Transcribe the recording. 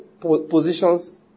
positions